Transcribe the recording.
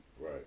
Right